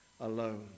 alone